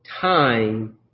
time